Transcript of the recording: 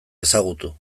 ezagutu